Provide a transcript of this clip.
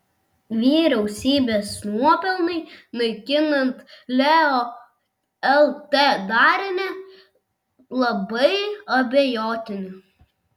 vyriausybės nuopelnai naikinant leo lt darinį labai abejotini